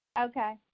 Okay